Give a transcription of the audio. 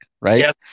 right